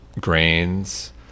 grains